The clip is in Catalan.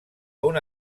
una